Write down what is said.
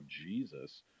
jesus